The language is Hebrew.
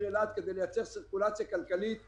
אילת כדי ליצור סירקולציה כלכלית שמחויבת.